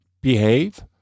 behave